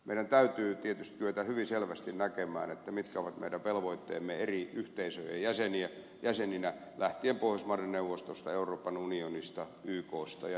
meidän täytyy tietysti kyetä hyvin selvästi näkemään mitkä ovat meidän velvoitteemme eri yhteisöjen jäseninä lähtien pohjoismaiden neuvostosta euroopan unionista yksta ja niin edelleen